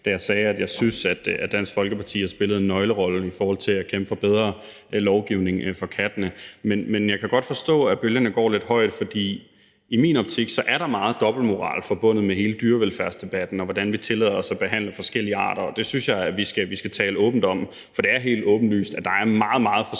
da jeg sagde, at jeg synes, at Dansk Folkeparti har spillet en nøglerolle i forhold til at kæmpe for bedre lovgivning for kattene. Men jeg kan godt forstå, at bølgerne går lidt højt, for i min optik er der meget dobbeltmoral forbundet med hele dyrevelfærdsdebatten, og hvordan vi tillader os at behandle forskellige arter. Det synes jeg vi skal tale åbent om, for det er helt åbenlyst, at der er meget, meget forskellig